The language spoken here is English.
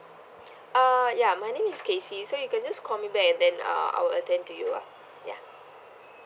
uh ya my name is casey so you can just call me back and then uh I will attend to you lah ya